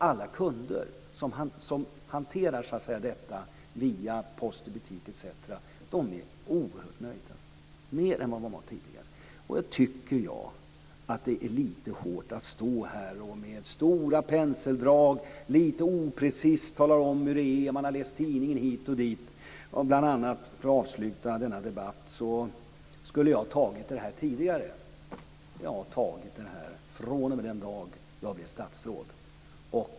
Alla kunder som hanterar detta via post i butik etc. är oerhört nöjda - mer nöjda än tidigare. Därför tycker jag att det är lite hårt att stå här och med stora penseldrag, lite oprecist, tala om hur det är - man har läst tidningen hit och dit. Bl.a. skulle jag ha tagit det här tidigare. Men då vill jag säga att jag har tagit det här fr.o.m. den dagen jag blev statsråd.